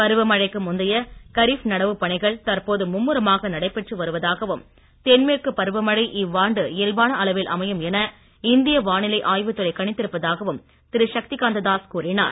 பருவமழைக்கு முந்தைய காரிஃப் நடவுப் பணிகள் தற்போது மும்முரமாக நடைபெற்று வருவதாகவும் தென்மேற்கு பருவமழை இவ்வாண்டு இயல்பான அளவில் அமையும் என இந்திய வானிலை ஆய்வுத் துறை கணித்திருப்பதாகவும் திரு சக்தி காந்த தாஸ் கூறினார்